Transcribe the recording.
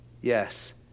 Yes